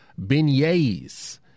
beignets